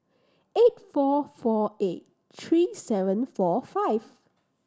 eight four four eight three seven four five